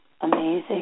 amazing